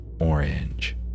orange